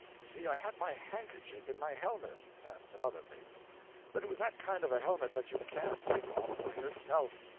you see i had my handkerchief in my helmet and some other things but it was that kind of a helmet that you can't take off by yourself.